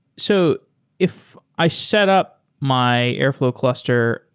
so if i set up my airflow cluster,